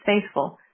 faithful